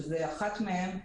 שמשיכה היא אחת מהן.